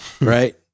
right